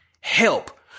help